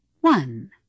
One